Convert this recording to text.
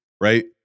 right